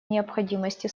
необходимости